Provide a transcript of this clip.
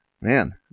man